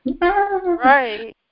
Right